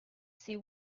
see